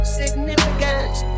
significance